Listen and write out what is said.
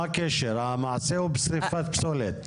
מה הקשר, המעשה הוא שריפת פסולת.